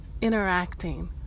interacting